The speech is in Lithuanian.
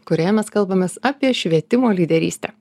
kurioje mes kalbamės apie švietimo lyderystę